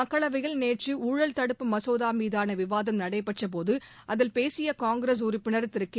மக்களவையில் நேற்றுஊழல் தடுப்பு மசோதாமீதானவிவாதம் நடைபெற்றபோதுபேசியகாங்கிரஸ் உறுப்பினர் திரு கே